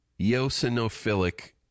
eosinophilic